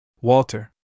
Walter